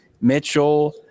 Mitchell